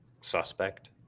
suspect